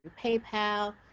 PayPal